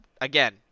again